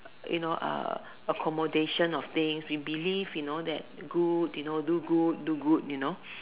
you know accommodation of things we believe you know that good you know do good do good you know